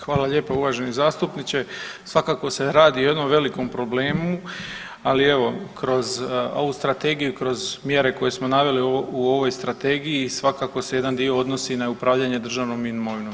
Hvala lijepa uvaženi zastupniče, svakako se radi o jednom velikom problemu, ali evo kroz ovu strategiju i kroz mjere koje smo naveli u ovoj strategiji svakako se jedan dio odnosi na upravljanje državnom imovinom.